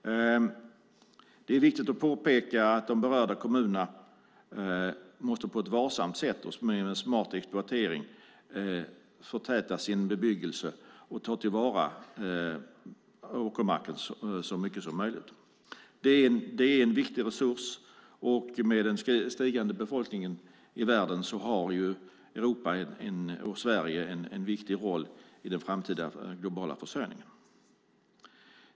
Det är viktigt att påpeka att de berörda kommunerna måste förtäta sin bebyggelse på ett varsamt sätt och med en smart exploatering och ta till vara åkermarken så mycket som möjligt. Det är en viktig resurs, och med den stigande befolkningen i världen har Europa och Sverige en viktig roll i den framtida globala försörjningen.